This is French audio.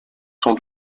sans